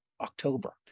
october